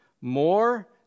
more